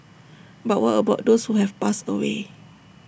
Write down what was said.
but what about those who have passed away